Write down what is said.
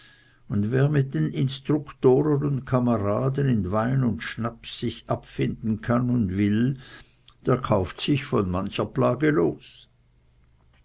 und wer mit den instruktoren und kameraden in wein und schnaps sich abfinden kann und will der kauft sich von mancher plage los